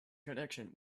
connection